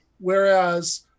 Whereas